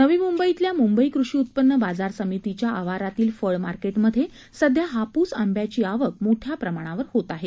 नवी मुंबईतल्या मुंबई कृषी उत्पन्न बाजार समितीच्या आवारातील फळ मार्केट मध्ये सध्या हापूस आंब्याची आवक मोठय़ा प्रमाणावर होत आहे